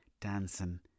dancing